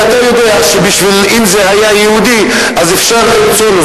הרי אתה יודע שאם זה היה יהודי, אז אפשר למצוא לו.